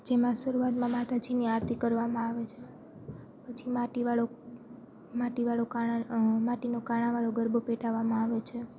જેમાં શરૂઆતમાં માતાજીની આરતી કરવામાં આવે છે પછી માટીવાળો માટીવાળો માટીનો કાણાવાળો ગરબો પેટાવામાં આવે છે